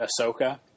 Ahsoka